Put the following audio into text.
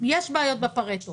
יש בעיות בפרטו